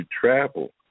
travel